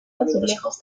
azulejos